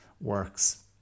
works